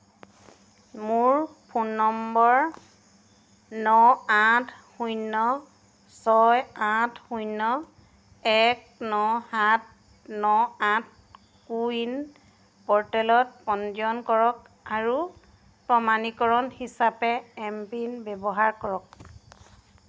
মোৰ ফোন নম্বৰ ন আঠ শূন্য ছয় আঠ শূন্য এক ন সাত ন আঠ কো ৱিন প'ৰ্টেলত পঞ্জীয়ন কৰক আৰু প্ৰমাণীকৰণ হিচাপে এমপিন ব্যৱহাৰ কৰক